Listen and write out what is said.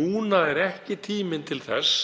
Núna er ekki tíminn til þess